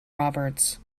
roberts